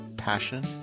passion